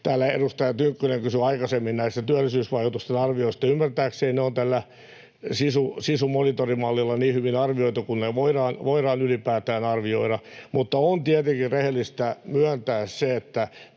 täällä edustaja Tynkkynen kysyi aikaisemmin työllisyysvaikutusten arvioinneista: Ymmärtääkseni ne ovat SISU-mallilla niin hyvin arvioitu kuin ne voidaan ylipäätään arvioida, mutta on tietenkin rehellistä myöntää, että